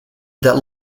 that